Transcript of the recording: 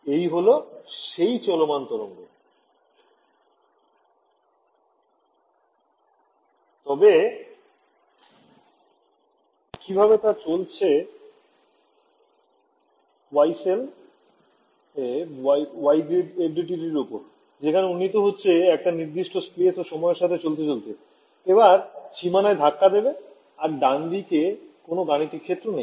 এই হল সেই চলমান তরঙ্গ তবে কিভাবে তা চলছে Yee cell এ Yee grid FDTD এর ওপর যেখানে উন্নীত হচ্ছে একটা নির্দিষ্ট স্পেস ও সময়ের সাথে চলতে চলতে এবার সীমানায় ধাক্কা দেবে আর ডানদিকে কোন গাণিতিক ক্ষেত্র নেই